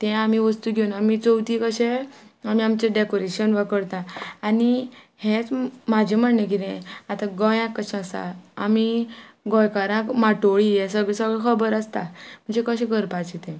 तें आमी वस्तू घेवन आमी चवथी कशें आमी आमचें डेकोरेशन वा करता आनी हेंच म्हजें म्हणणें कितें आतां गोंयाक कशें आसा आमी गोंयकाराक माटोळी हे सगळे सगळे खबर आसता म्हणजे कशें करपाचें तें